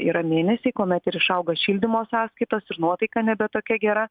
yra mėnesiai kuomet ir išauga šildymo sąskaitos ir nuotaika nebe tokia gera